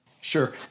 Sure